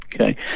Okay